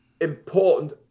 important